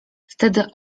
wtedy